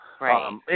Right